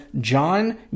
John